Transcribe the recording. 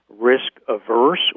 risk-averse